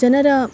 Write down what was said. ಜನರ